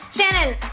Shannon